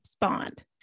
Bond